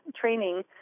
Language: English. training